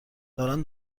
دارن